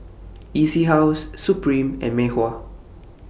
E C House Supreme and Mei Hua